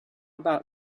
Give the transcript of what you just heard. about